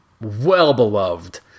well-beloved